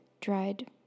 dried